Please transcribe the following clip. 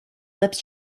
lips